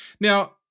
Now